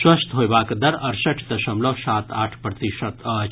स्वस्थ होयबाक दर अड़सठि दशमलव सात आठ प्रतिशत अछि